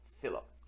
Philip